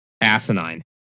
asinine